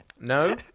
No